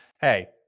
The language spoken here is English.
Hey